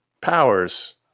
powers